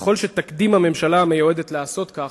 ככל שתקדים הממשלה המיועדת לעשות כך,